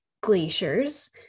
glaciers